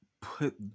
put